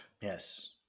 yes